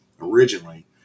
originally